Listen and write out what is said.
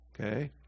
okay